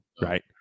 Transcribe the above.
right